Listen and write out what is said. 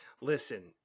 Listen